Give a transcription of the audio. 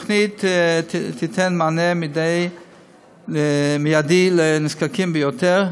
התוכנית תיתן מענה מיידי לנזקקים ביותר,